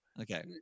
okay